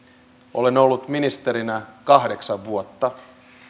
olen ollut ministerinä kahdeksan vuotta